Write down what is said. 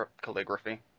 calligraphy